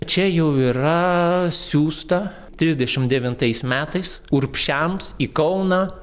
čia jau yra siųsta trisdešim devintais metais urbšiams į kauną